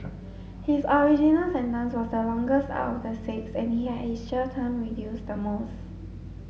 his original sentence was the longest of the six and he had his jail term reduced the most